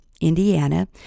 Indiana